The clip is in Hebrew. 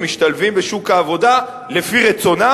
משתלבים בשוק העבודה לפי רצונם,